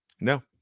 no